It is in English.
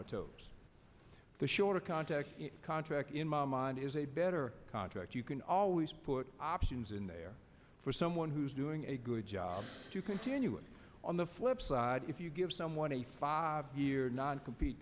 our toes the shorter contact contract in my mind is a better contract you can always put options in there for someone who's doing a good job to continue it on the flip side if you give someone a five year non compete